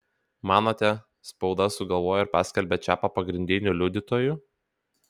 manote spauda sugalvojo ir paskelbė čiapą pagrindiniu liudytoju